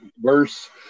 verse